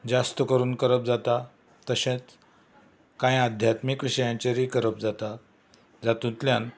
जास्त करून करप जाता तशेंच कांय आध्यात्मीक विशयांचेरय करप जाता जातुंतल्यान